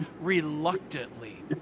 reluctantly